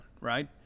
Right